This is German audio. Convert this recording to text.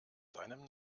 seinem